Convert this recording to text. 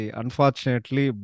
unfortunately